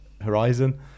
horizon